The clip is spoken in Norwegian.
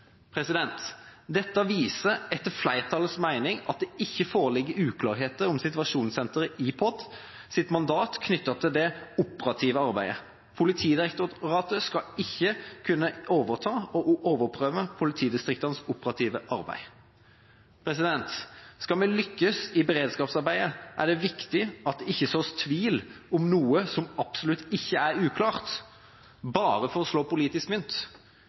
Dette viser etter dette flertallets mening at det ikke foreligger uklarheter om situasjonssenteret i Politidirektoratets mandat knyttet til det operative arbeidet. Politidirektoratet skal ikke kunne overta og overprøve politidistriktenes operative arbeid.» Skal vi lykkes i beredskapsarbeidet, er det viktig at det ikke sås tvil om noe som absolutt ikke er uklart, bare for å slå politisk mynt.